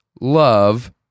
love